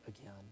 Again